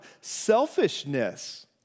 selfishness